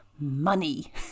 money